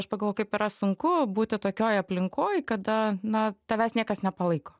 aš pagalvojau kaip yra sunku būti tokioj aplinkoj kada na tavęs niekas nepalaiko